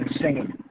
singing